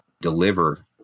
deliver